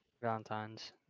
Valentine's